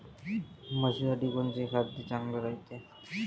म्हशीसाठी कोनचे खाद्य चांगलं रायते?